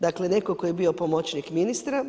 Dakle, netko tko je bio pomoćnik ministra.